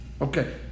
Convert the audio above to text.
Okay